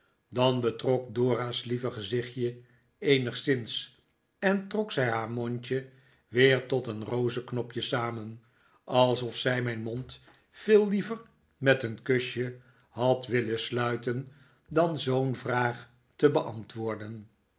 dan betrok dora's lieve gezichtje eenigszins en trok zij haar mondje weer tot een rozeknopje samen alsof zij mijn mond veel liever met een kusje had willen sluiten dan zoo'n vraag te beantwoorden